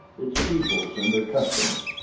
its peoples and their customs.